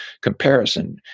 comparison